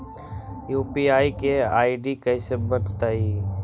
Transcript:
UPI के ID कैसे बनतई?